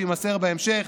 ושמו יימסר בהמשך,